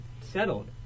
settled